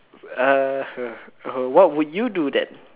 err what would you do then